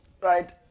right